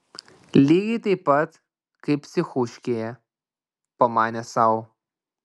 lygiai taip pat kaip psichuškėje pamanė sau